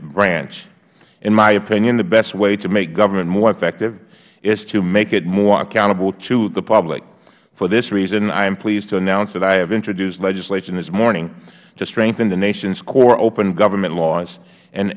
branch in my opinion the best way to make government more effective is to make it more accountable to the public for this reason i am pleased to announce that i have introduced legislation this morning to strengthen the nation's core open government laws and